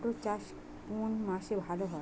মটর চাষ কোন মাসে ভালো হয়?